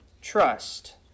trust